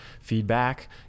feedback